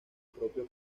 propio